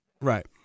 right